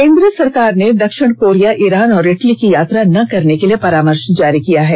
केन्द्र सरकार ने दक्षिण कोरिया ईरान और इटली की यात्रा न करने के लिए परामर्श जारी किया है